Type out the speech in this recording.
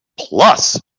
Plus